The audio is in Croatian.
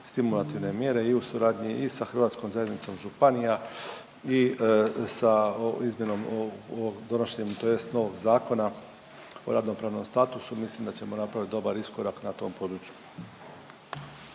stimulativne mjere i u suradnji i sa Hrvatskom zajednicom županija i sa izmjenom ovog donošenjem tj. novog zakona o radno pravnom statusu mislim da ćemo napravit dobar iskorak na tom području.